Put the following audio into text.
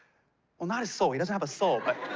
well, not a soul, he doesn't have a soul, but.